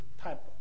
type